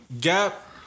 Gap